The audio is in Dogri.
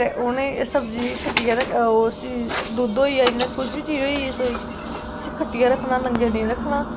ते उ'नें सब्जी खट्टियै दुद्ध होई गेआ जां कुछ बी चीज़ होई रसोई च उसी खट्टियै रक्खना नंगे नी रक्खना